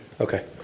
Okay